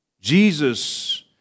Jesus